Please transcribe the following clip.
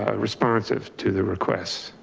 ah responsive to the requests.